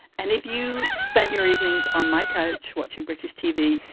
and if you spent your evenings on my couch watching british tv,